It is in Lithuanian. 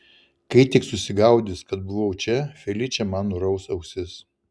kai tik susigaudys kad buvau čia feličė man nuraus ausis